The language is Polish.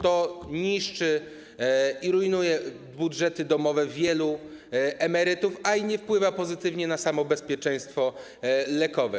To niszczy i rujnuje budżety domowe wielu emerytów, a i nie wpływa pozytywnie na samo bezpieczeństwo lekowe.